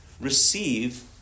receive